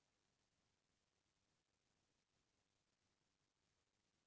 कपसा घलोक आने आने किसिम के होथे